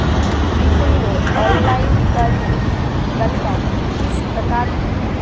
विपुल ने ऑनलाइन कर की गणना किस प्रकार की?